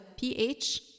pH